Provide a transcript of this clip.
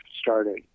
started